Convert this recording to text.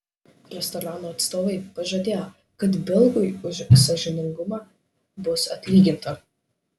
restorano atstovai pažadėjo kad belgui už sąžiningumą bus atlyginta